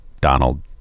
Donald